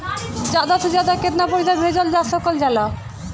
ज्यादा से ज्यादा केताना पैसा भेजल जा सकल जाला?